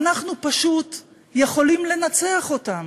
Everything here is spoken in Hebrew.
אנחנו פשוט יכולים לנצח אותם.